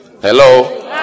Hello